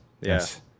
Yes